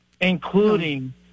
including